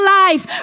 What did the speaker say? life